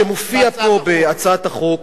שמופיע פה, בהצעת החוק,